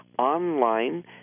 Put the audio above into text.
Online